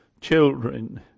children